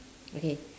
okay